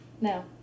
No